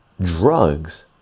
drugs